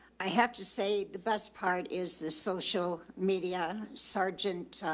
i have to say the best part is the social media sergeant.